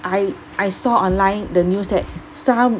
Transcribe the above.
I I saw online the news that some